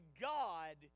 God